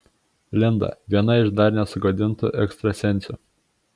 linda viena iš dar nesugadintų ekstrasensių